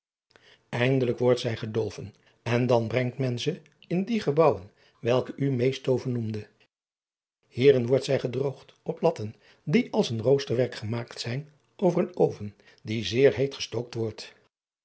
indelijk wordt zij gedolven en dan brengt men ze in die gebouwen welke ik u eestoven noemde ierin wordt zij gedroogd op latten die als een roosterwerk gemaakt zijn over een oven die zeer heet gestookt wordt